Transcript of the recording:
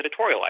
editorialize